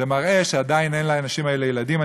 זה מראה שעדיין אין לאנשים האלה ילדים.